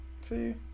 See